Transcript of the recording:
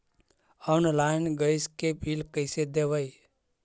Online gas के bill कैसे देबै?